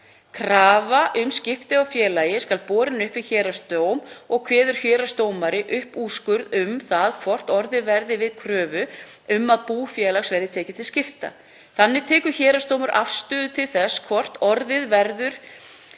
Krafa um skipti á félagi skal borin upp við héraðsdóm og kveður héraðsdómari upp úrskurð um það hvort orðið verði við kröfu um að bú félags verði tekið til skipta. Þannig tekur héraðsdómur afstöðu til þess hvort orðið verði að